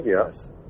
yes